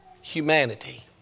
humanity